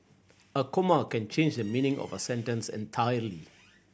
a comma can change the meaning of a sentence entirely